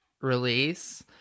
release